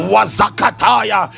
Wazakataya